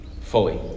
fully